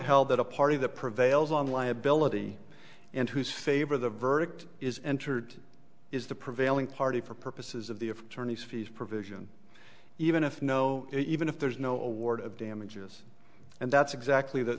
held that a party that prevails on liability and whose favor the verdict is entered is the prevailing party for purposes of the of attorneys fees provision even if know even if there's no award of damages and that's exactly th